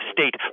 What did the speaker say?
state